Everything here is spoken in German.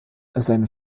seine